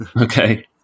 Okay